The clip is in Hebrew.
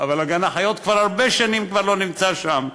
אבל גן-החיות כבר הרבה שנים לא נמצא שם.